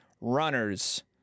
runners